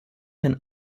ein